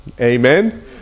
Amen